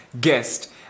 guest